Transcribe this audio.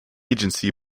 agency